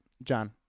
John